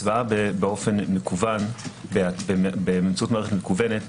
הצבעה באמצעות מערכת מקוונת,